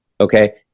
okay